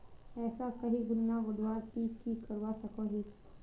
पैसा कहीं गुणा बढ़वार ती की करवा सकोहिस?